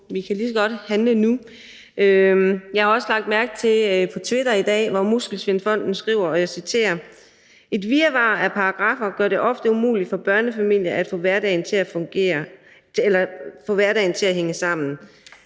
Vi kan lige så godt handle nu. Jeg har i dag også lagt mærke til, at Muskelsvindfonden skriver på Twitter – jeg citerer: Et virvar af paragraffer gør det ofte umuligt for børnefamilier at få hverdagen til at hænge sammen.